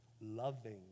loving